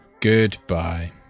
Goodbye